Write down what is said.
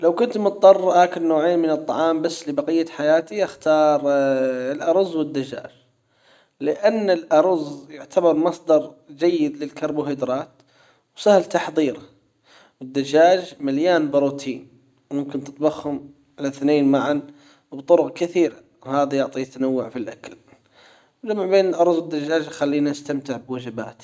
لو كنت مضطر اكل نوعين من الطعام بس لبقية حياتي اختار الارز والدجاج لان الارز يعتبر مصدر جيد للكربوهيدرات وسهل تحضيره الدجاج مليان بروتين وممكن تطبخهم الاثنين معًا بطرق كثيرة يعطيك تنوع في الاكل انما بين الأرز والدجاج يخليني استمتع بوجباتي